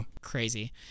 crazy